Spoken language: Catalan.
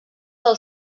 del